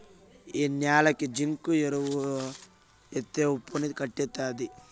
ఈ న్యాలకి జింకు ఎరువు ఎత్తే ఉప్పు ని కొట్టేత్తది